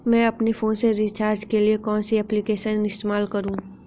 मैं अपने फोन के रिचार्ज के लिए कौन सी एप्लिकेशन इस्तेमाल करूँ?